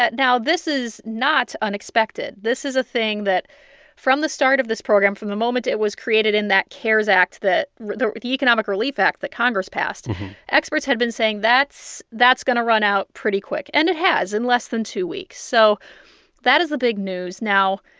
now, this is not unexpected. this is a thing that from the start of this program, from the moment it was created in that cares act that the the economic relief act that congress passed experts have been saying that's that's going to run out pretty quick. and it has in less than two weeks. so that is the big news now,